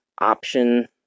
option